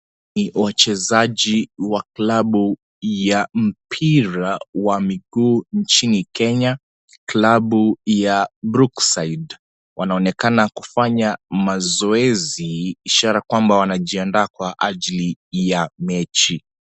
Ni wachezaji wa klabu ya mpira wa miguu nchini Kenya, klabu ya Brooksidewanaonekana kufanya mazoezi ishara kwamba wanajiandaa kwa ajili ya mechi.